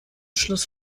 schloss